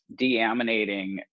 deaminating